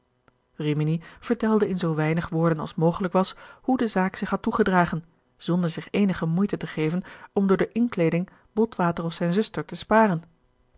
rimini vertelde in zoo weinig woorden als mogelijk was hoe de zaak zich had toegedragen zonder zich eenige moeite te geven om door de inkleeding botwater of zijne zuster te sparen